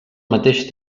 mateix